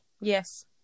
Yes